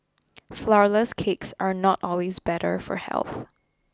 Flourless Cakes are not always better for health